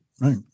Right